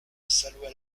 salua